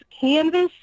canvas